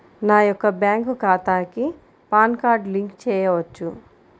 నా యొక్క బ్యాంక్ ఖాతాకి పాన్ కార్డ్ లింక్ చేయవచ్చా?